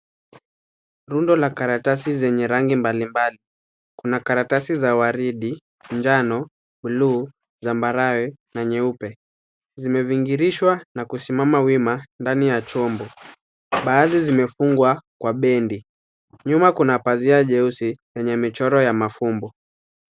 Rundo la karatasi zenye rangi mbalimbali. Kuna karatasi za waridi, njano, buluu, zambarau na nyeupe. Zimebingirishwa na kusimama wima ndani ya chombo. Baadhi zimefungwa kwa bendi . Nyuma kuna pazia jeusi lenye michoro ya mafumbo.